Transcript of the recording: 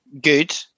Good